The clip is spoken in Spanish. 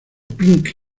pink